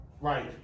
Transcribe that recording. Right